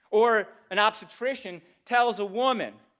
or an obstetrician tells a woman